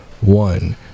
One